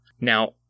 Now